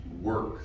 Work